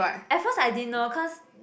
at first I didn't know cause